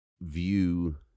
view